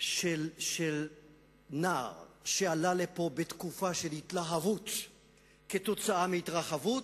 של נער שעלה לפה בתקופה של התלהבות כתוצאה מהתרחבות,